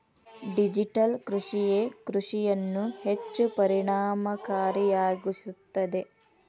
digital ಕೃಷಿಯೇ ಕೃಷಿಯನ್ನು ಹೆಚ್ಚು ಪರಿಣಾಮಕಾರಿಯಾಗಿಸುತ್ತದೆ